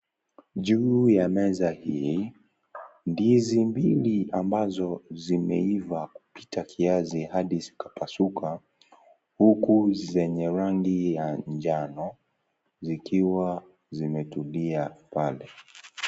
Juu ya meza hii ndizi hizi zimeiva kupita kiasi hadi zikapasuka, huku zenye rangi ya njano zikiwa zimetulia pale.